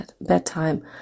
bedtime